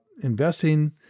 investing